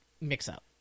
mix-up